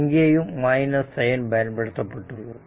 இங்கேயும் minus sign பயன்படுத்தப்பட்டுள்ளது